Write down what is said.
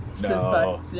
No